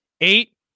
eight